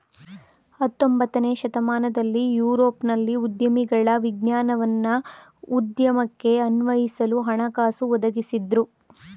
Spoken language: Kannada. ಹತೊಂಬತ್ತನೇ ಶತಮಾನದಲ್ಲಿ ಯುರೋಪ್ನಲ್ಲಿ ಉದ್ಯಮಿಗಳ ವಿಜ್ಞಾನವನ್ನ ಉದ್ಯಮಕ್ಕೆ ಅನ್ವಯಿಸಲು ಹಣಕಾಸು ಒದಗಿಸಿದ್ದ್ರು